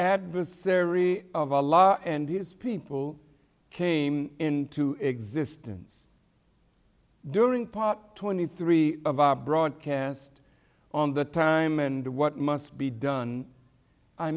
adversary of the law and these people came into existence during part twenty three of our broadcast on the time and what must be done i